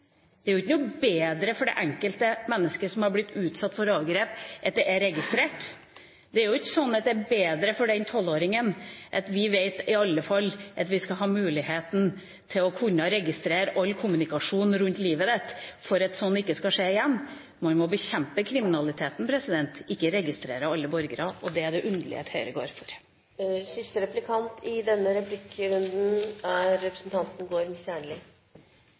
det blir jo ikke noe bedre overgrep om det er registrert. Det blir ikke noe bedre for det enkelte menneske som er blitt utsatt for overgrep, at det er registrert. Det er jo ikke sånn at det er bedre for den tolvåringen at vi skal ha muligheten til å kunne registrere all kommunikasjon rundt livet ditt for at sånt ikke skal skje igjen. Man må bekjempe kriminaliteten, ikke registrere alle borgere, og det er det underlig at Høyre går for. Representanten Skei Grande og Venstre har fremmet et representantforslag om endringer i